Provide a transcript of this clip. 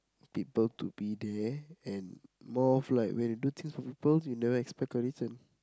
people to be there and more of like when you do things for peoples you never expect a reason